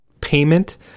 payment